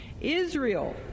Israel